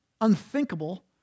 unthinkable